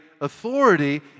authority